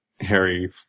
Harry